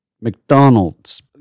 McDonald's